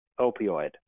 opioid